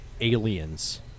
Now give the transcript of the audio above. Aliens